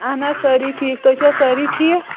اہن حظ سٲری ٹھیٖک تُہۍ چھِوا سٲری ٹھیٖک